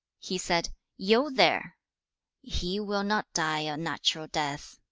he said, yu, there he will not die a natural death